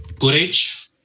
Courage